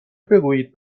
بگویید